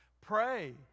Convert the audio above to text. Pray